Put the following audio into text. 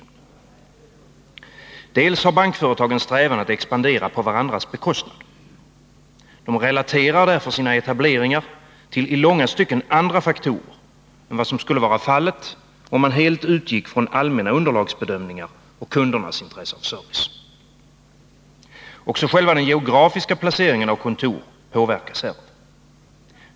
Bankföretag har bl.a. en strävan att expandera på varandras bekostnad. De relaterar därför sina etableringar till i långa stycken andra faktorer än vad som skulle vara fallet, om man helt utgick från allmänna underlagsbedömningar och kundernas intresse av service. Också själva den geografiska placeringen av kontor påverkas härav.